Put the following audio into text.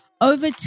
over